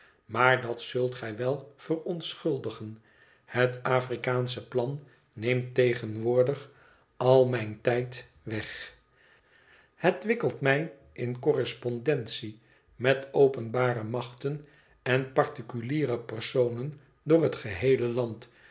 maar dat zult gij wel verontschuldigen het afrikaansche plan neemt tegenwoordig al mijn tijd weg het wikkelt mij in correspondentie met openbare machten en particuliere personen door het geheele land